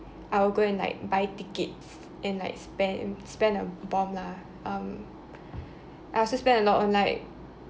I'll go and like buy tickets and like spend spend a bomb lah um I also spend a lot on like